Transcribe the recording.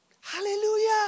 Hallelujah